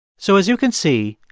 so as you can see,